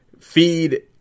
Feed